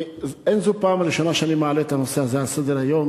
אין זו הפעם הראשונה שאני מעלה את הנושא הזה על סדר-היום: